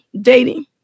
dating